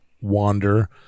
wander